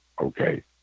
okay